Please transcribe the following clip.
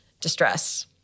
distress